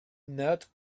not